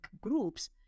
groups